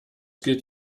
gilt